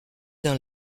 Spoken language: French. dans